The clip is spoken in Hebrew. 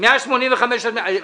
לצאת.